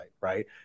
right